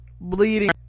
bleeding